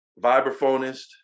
vibraphonist